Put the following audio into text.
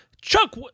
Chuck